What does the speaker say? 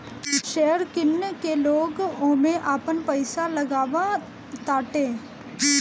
share किन के लोग ओमे आपन पईसा लगावताटे